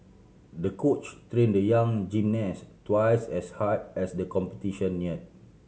the coach train the young gymnast twice as hard as the competition near